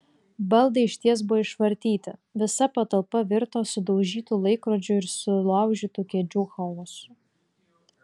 baldai išties buvo išvartyti visa patalpa virto sudaužytų laikrodžių ir sulaužytų kėdžių chaosu